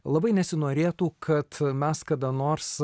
labai nesinorėtų kad mes kada nors